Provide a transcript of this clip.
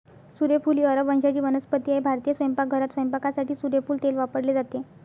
सूर्यफूल ही अरब वंशाची वनस्पती आहे भारतीय स्वयंपाकघरात स्वयंपाकासाठी सूर्यफूल तेल वापरले जाते